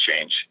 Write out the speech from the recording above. change